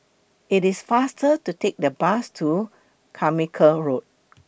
IT IS faster to Take The Bus to Carmichael Road